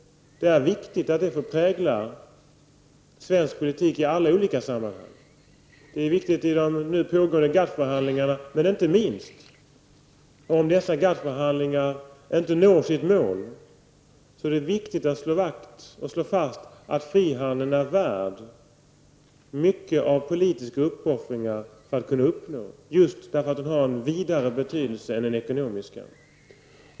Det är viktigt att detta får prägla svensk politik i alla olika sammanhang. Det är viktigt i de nu pågående GATT-förhandlingarna. Och om dessa GATT förhandlingar inte når sitt mål, är det inte minst viktigt att slå fast att frihandeln är värd mycket av politiska uppoffringar, detta just på grund av att dess betydelse går utöver den ekonomiska.